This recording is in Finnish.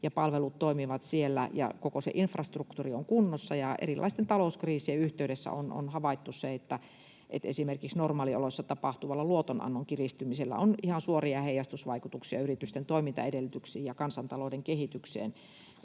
palvelut toimivat siellä ja koko se infrastruktuuri on kunnossa. Erilaisten talouskriisien yhteydessä on havaittu se, että esimerkiksi normaalioloissa tapahtuvalla luotonannon kiristymisellä on ihan suoria heijastusvaikutuksia yritysten toimintaedellytyksiin ja kansantalouden kehitykseen.